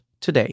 today